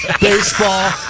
Baseball